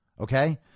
Okay